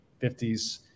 50s